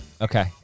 Okay